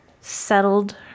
settled